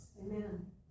Amen